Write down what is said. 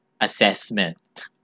assessment